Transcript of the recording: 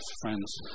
friends